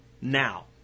now